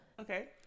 Okay